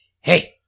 Hey